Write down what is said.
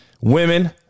Women